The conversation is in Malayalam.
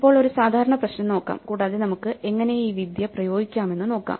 ഇപ്പോൾ ഒരു സാധാരണ പ്രശ്നം നോക്കാം കൂടാതെ നമുക്ക് എങ്ങനെ ഈ വിദ്യ പ്രയോഗിക്കാമെന്ന് നോക്കാം